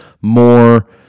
more